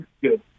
Good